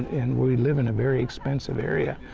and we live in a very expensive area.